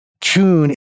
tune